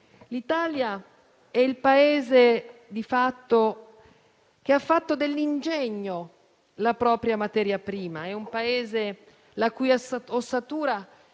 L'Italia è il Paese che ha fatto dell'ingegno la propria materia prima. È un Paese la cui ossatura